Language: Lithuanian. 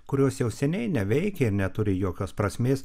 kurios jau seniai neveikia ir neturi jokios prasmės